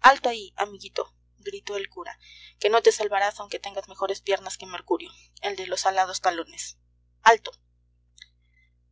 alto ahí amiguito gritó el cura que no te salvarás aunque tengas mejores piernas que mercurio el de los alados talones alto